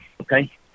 Okay